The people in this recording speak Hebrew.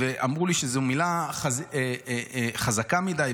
ואמרו לי שזאת מילה חזקה מדי,